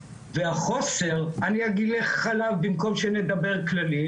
והחוסר אני אלך אליו במקום שנדבר כללי,